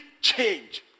change